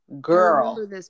Girl